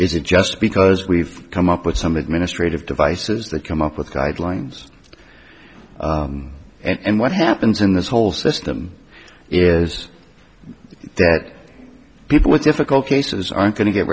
it just because we've come up with some administrative devices that come up with guidelines and what happens in this whole system is that people with difficult cases aren't going to get